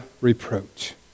reproach